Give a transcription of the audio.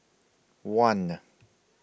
one